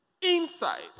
inside